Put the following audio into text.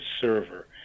server